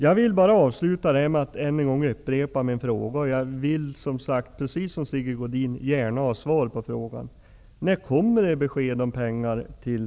Jag vill avsluta med att än en gång upprepa min fråga, och jag vill, precis som Sigge Godin ha svar på frågan: När kommer det besked om pengar till